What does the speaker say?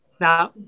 now